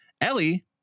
Ellie